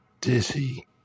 dizzy